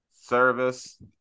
service